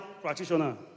practitioner